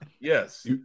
Yes